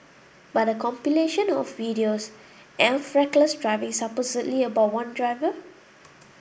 but a compilation of videos of reckless driving supposedly about one driver